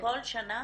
כל שנה